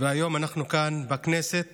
והיום אנחנו כאן בכנסת